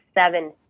seven